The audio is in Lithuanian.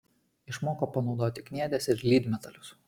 išmoko panaudoti kniedes ir lydmetalius